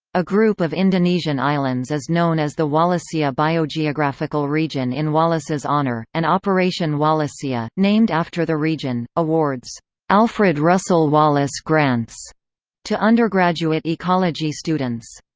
a group of indonesian islands is known as the wallacea biogeographical region in wallace's honour, and operation wallacea, named after the region, awards alfred russel wallace grants to undergraduate ecology students.